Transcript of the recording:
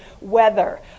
weather